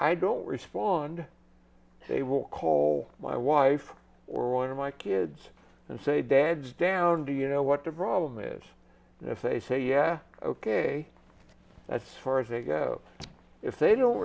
i don't respond they will call my wife or one of my kids and say dad's down do you know what the problem is if they say yeah ok as far as they go if they don't